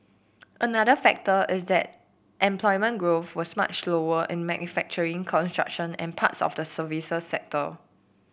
another factor is that employment growth was much slower in manufacturing construction and parts of the services sector